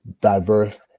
diverse